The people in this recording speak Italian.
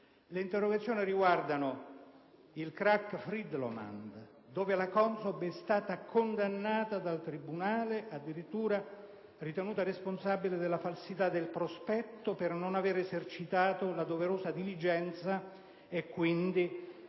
Le interrogazioni riguardano il *crac* Freedomland, dove la CONSOB è stata condannata dal tribunale e addirittura ritenuta responsabile della falsità del prospetto, per non aver esercitato la doverosa diligenza: un